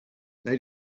they